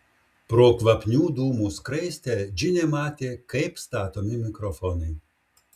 pro kvapnių dūmų skraistę džinė matė kaip statomi mikrofonai